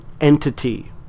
entity